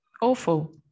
awful